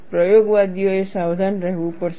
પ્રયોગવાદીઓએ સાવધાન રહેવું પડશે